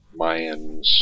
Mayans